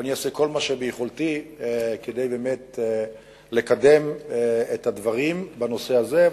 אבל אני אעשה כל מה שביכולתי כדי לקדם את הדברים בנושא הזה.